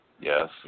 Yes